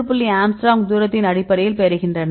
5 angstrom தூரத்தின் அடிப்படையில் பெறுகின்றன